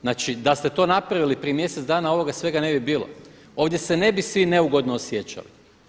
Znači da ste to napravili prije mjesec dana ovoga svega ne bi bilo, ovdje se ne bi svi neugodno osjećali.